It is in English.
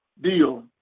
deal